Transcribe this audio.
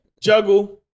Juggle